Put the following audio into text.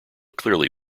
clearly